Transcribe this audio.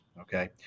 Okay